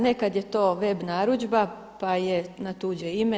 Nekad je to web narudžba pa je na tuđe ime.